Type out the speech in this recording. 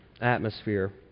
Atmosphere